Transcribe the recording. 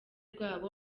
rwabo